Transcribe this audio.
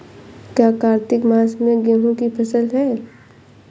क्या कार्तिक मास में गेहु की फ़सल है?